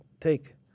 take